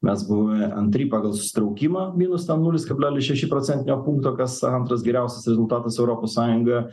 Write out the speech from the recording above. mes buvome antri pagal susitraukimą minus ten nulis kablelis šeši procentinio punkto kas antras geriausias rezultatas europos sąjungoje